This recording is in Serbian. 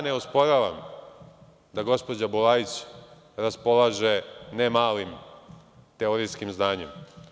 Ne osporavam ja da gospođa Bulajić raspolaže ne malim teorijskim znanjem.